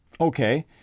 Okay